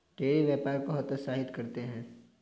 tariff व्यापार को हतोत्साहित करते हैं